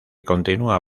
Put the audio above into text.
continúa